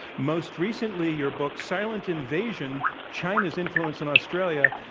most recently, your book, silent invasion china's influence in australia,